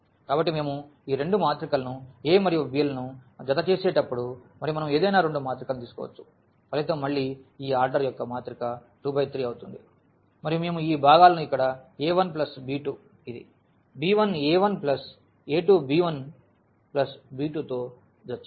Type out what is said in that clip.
కాబట్టి మేము ఈ రెండు మాత్రికలను a మరియు b లను జత చేసేటప్పుడు మరియు మనం ఏదైనా రెండు మాత్రికలను తీసుకోవచ్చు ఫలితం మళ్ళీ ఈ ఆర్డర్ యొక్క మాత్రిక 2 × 3 అవుతుంది మరియు మేము ఈ భాగాలను ఇక్కడ a 1 ప్లస్ b 2 ఇది b 1 a 1 plus a 2 b 1 plus b 2 తో జత చేస్తాము